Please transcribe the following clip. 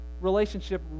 relationship